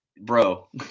Bro